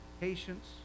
patience